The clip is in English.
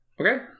Okay